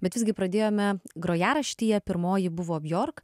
bet visgi pradėjome grojaraštyje pirmoji buvo bjork